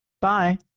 Bye